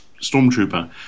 Stormtrooper